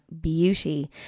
beauty